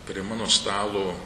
prie mano stalo